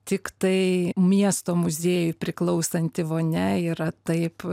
tiktai miesto muziejui priklausanti vonia yra taip